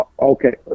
Okay